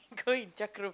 go in